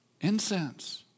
Incense